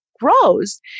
grows